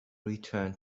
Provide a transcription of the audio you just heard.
return